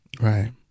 Right